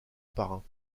parrain